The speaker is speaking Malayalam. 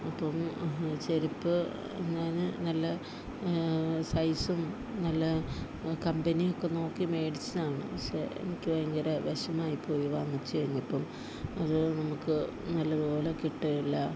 അപ്പം ചെരിപ്പ് ഞാൻ നല്ല സൈസും നല്ല കമ്പന്യും ഒക്കെ നോക്കി വേടിച്ചതാണ് പക്ഷെ എനിക്ക് ഭയങ്കര വിഷമമായി പോയി വാങ്ങിച്ച് കഴിഞ്ഞപ്പം അത് നമുക്ക് നല്ല പോലെ കിട്ടുകേല